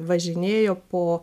važinėjo po